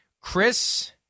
Chris